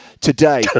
today